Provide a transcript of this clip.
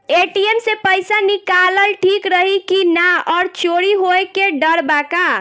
ATM से पईसा निकालल ठीक रही की ना और चोरी होये के डर बा का?